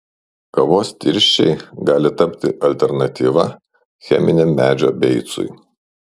kavos tirščiai gali tapti alternatyva cheminiam medžio beicui